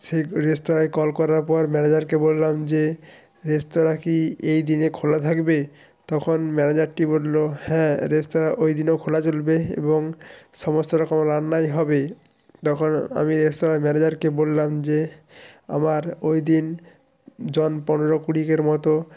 সেই রেস্তরাঁয় কল করার পর ম্যানেজারকে বললাম যে রেস্তরাঁ কি এই দিনে খোলা থাকবে তখন ম্যানেজারটি বলল হ্যাঁ রেস্তরাঁ ওই দিনেও খোলা চলবে এবং সমস্ত রকম রান্নাই হবে তখন আমি রেস্তরাঁর ম্যানেজারকে বললাম যে আমার ওই দিন জন পনেরো কুড়ির মতো